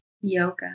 Yoga